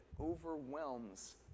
overwhelms